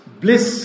bliss